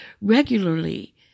regularly